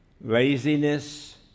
laziness